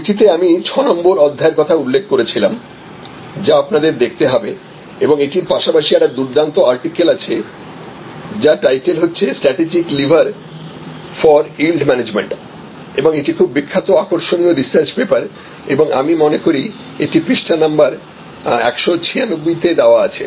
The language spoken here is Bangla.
বইটিতে আমি6 নং অধ্যায়ের কথা উল্লেখ করেছিলাম যা আপনাদের দেখতে হবে এবং এটির পাশাপাশি একটি দুর্দান্তআর্টিকেল আছে যার টাইটেল হচ্ছে " strategic lever for yield management" এবং এটি খুব বিখ্যাত আকর্ষণীয় রিসার্চ পেপার এবং আমি মনে করি এটি পৃষ্ঠা নম্বর 196 এ দেওয়া আছে